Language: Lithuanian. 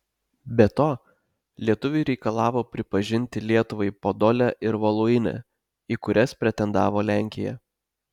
be to lietuviai reikalavo pripažinti lietuvai podolę ir voluinę į kurias pretendavo lenkija